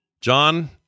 John